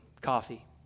coffee